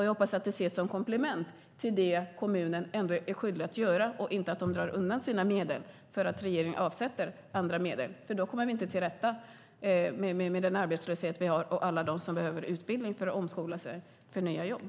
Jag hoppas att det ses som komplement till det kommunen är skyldig att göra och att de inte drar undan sina medel för att regeringen avsätter andra medel. Då kommer vi inte till rätta med den arbetslöshet vi har och alla dem som behöver utbildning för att omskola sig för nya jobb.